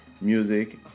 music